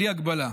בלי הגבלה,